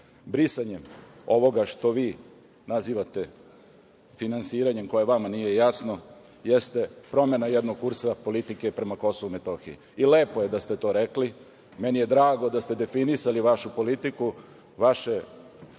uradili. Brisanje ovoga što vi nazivate finansiranjem koje vama nije jasno jeste promena jednog kursa politike prema Kosovu i Metohiji. Lepo je da ste to rekli. Drago mi je da ste definisali vašu politiku vaše